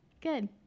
Good